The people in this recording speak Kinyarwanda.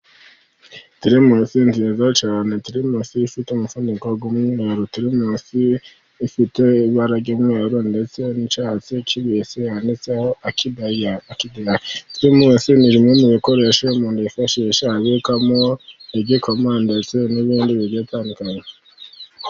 Teremusi nziza cyane, teremusi ifite umufuniko umwe, ni teremusi ifite ibara ry'umweru ndetse n'icyatsi kibisi, handitseho akidahira, teremusi ni bimwe mu bikoresho umuntu yifashisha abikamo, igikoma ndetse n'ibindi bigiye bitandukanye.